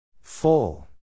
Full